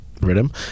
rhythm